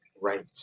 right